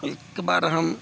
एकबार हम